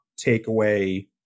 takeaway